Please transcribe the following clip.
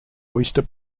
oyster